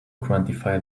quantify